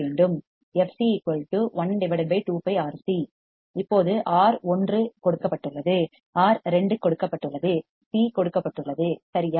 எங்கே fc 12 πRC இப்போது R 1 கொடுக்கப்பட்டுள்ளது ஆர் 2 கொடுக்கப்பட்டுள்ளது சி கொடுக்கப்பட்டுள்ளது சரியா